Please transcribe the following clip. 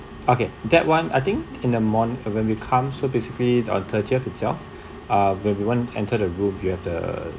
okay that one I think in a month of when we come so basically on thirtieth itself when everyone enter the room you have the